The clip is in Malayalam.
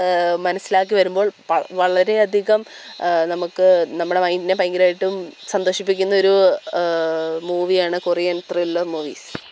മനസിലാക്കിവരുമ്പോൾ വൾ വളരെ അധികം നമുക്ക് നമ്മുടെ മൈൻറ്റിനെ ഭയങ്കരമായിട്ടും സന്തോഷിപ്പിക്കുന്ന ഒരൂ മൂവിയാണ് കൊറിയൻ ത്രില്ലർ മൂവിസ്